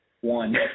one